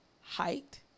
height